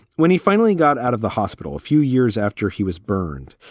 when he finally got out of the hospital a few years after he was burned,